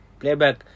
playback